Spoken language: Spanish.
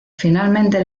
finalmente